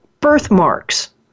birthmarks